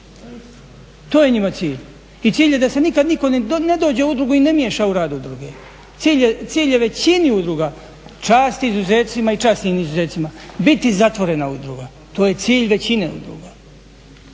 To je njima cilj. I cilj je da nikad nitko ne dođe u udrugu i ne miješa u rad udruge. Cilj je većini udruga, čast izuzecima i časnim izuzecima, biti zatvorena udruga to je cilj većine udruga.